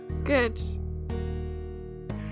Good